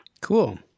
Cool